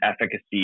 efficacy